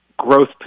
growth